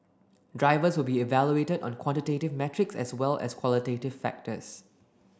drivers will be evaluated on quantitative metrics as well as qualitative factors